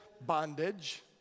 bondage